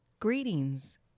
Greetings